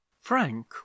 frank